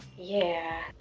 yeah.